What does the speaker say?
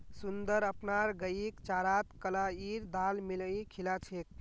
सुंदर अपनार गईक चारात कलाईर दाल मिलइ खिला छेक